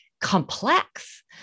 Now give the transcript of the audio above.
complex